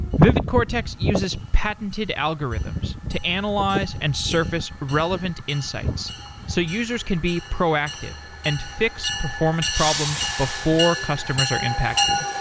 vividcortex uses patented algorithms to analyze and surface relevant insights so users can be proactive and fix performance problems before customers are impacted.